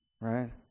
right